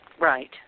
right